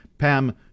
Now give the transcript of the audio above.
Pam